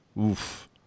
Oof